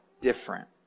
different